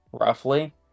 roughly